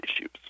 issues